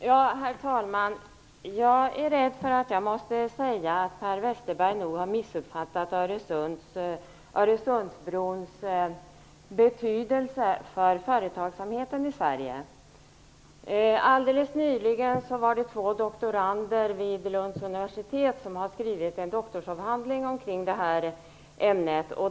Herr talman! Jag är rädd att jag måste säga att Per Westerberg nog har missuppfattat Öresundsbrons betydelse för företagsamheten i Sverige. Alldeles nyligen har två doktorander vid Lunds universitet skrivit en doktorsavhandling omkring detta ämne.